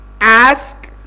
Ask